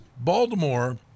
Baltimore